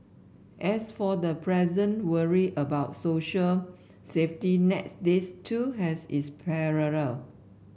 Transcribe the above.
as for the present worry about social safety nets this too has its parallel